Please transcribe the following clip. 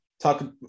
talk